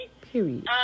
Period